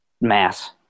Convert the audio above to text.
mass